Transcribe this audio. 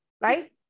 right